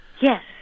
Yes